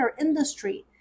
industry